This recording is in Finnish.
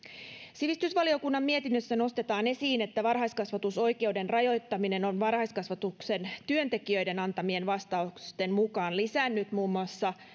sivistysvaliokunnan mietinnössä nostetaan esiin että varhaiskasvatusoikeuden rajoittaminen on varhaiskasvatuksen työntekijöiden antamien vastausten mukaan lisännyt muun muassa